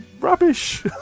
rubbish